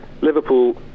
Liverpool